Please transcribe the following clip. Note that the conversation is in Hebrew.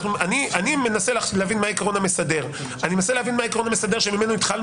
אני מנסה להבין מהו העיקרון המסדר שממנו התחלנו